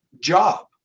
job